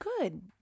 good